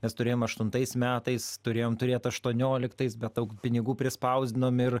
mes turėjom aštuntais metais turėjom turėt aštuonioliktais bet daug pinigų prispausdinom ir